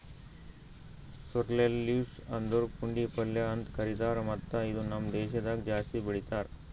sorrel leaves ಅಂದುರ್ ಪುಂಡಿ ಪಲ್ಯ ಅಂತ್ ಕರಿತಾರ್ ಮತ್ತ ಇದು ನಮ್ ದೇಶದಾಗ್ ಜಾಸ್ತಿ ಬೆಳೀತಾರ್